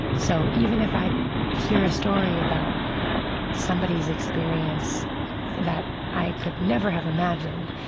so even if i hear a story about somebody's experience that i could never have imagined,